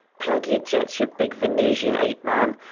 plug your jets, you big venusian ape man,